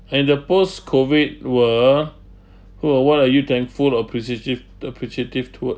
in the post-COVID world who or what are you thankful appreciative appreciative towards